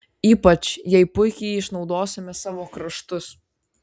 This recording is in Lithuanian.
ypač jai puikiai išnaudosime savo kraštus